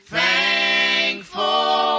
thankful